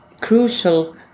crucial